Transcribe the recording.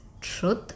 truth